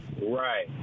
Right